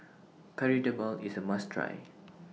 Kari Debal IS A must Try